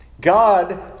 God